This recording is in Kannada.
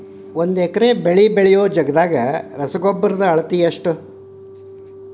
ಒಂದ್ ಎಕರೆ ಬೆಳೆ ಬೆಳಿಯೋ ಜಗದಾಗ ರಸಗೊಬ್ಬರದ ಅಳತಿ ಎಷ್ಟು?